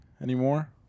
anymore